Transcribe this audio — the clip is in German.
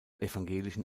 evangelischen